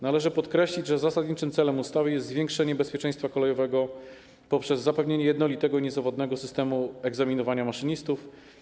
Należy podkreślić, że zasadniczym celem ustawy jest zwiększenie bezpieczeństwa kolejowego poprzez zapewnienie jednolitego i niezawodnego systemu egzaminowania maszynistów.